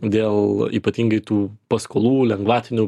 dėl ypatingai tų paskolų lengvatinių